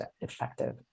effective